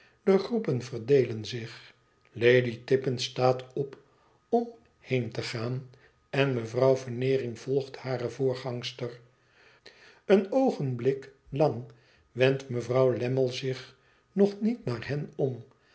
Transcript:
de groepen verdeelen zich lady tippins staat op om heen te gaan en mevrouw veneering volgt hare voorgangster een oogenbllk lang wendt mevrouw lammie zich nog niet naar hen om